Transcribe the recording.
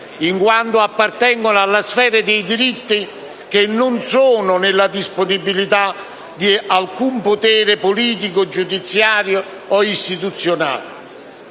in quanto appartengono alla sfera dei diritti che non sono nella disponibilità di alcun potere politico, giudiziario o istituzionale.